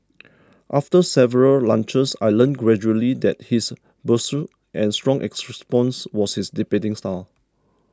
after several lunches I learnt gradually that his brusque and strong was his debating style